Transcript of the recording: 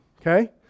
okay